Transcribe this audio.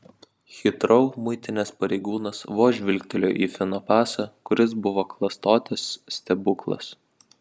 hitrou muitinės pareigūnas vos žvilgtelėjo į fino pasą kuris buvo klastotės stebuklas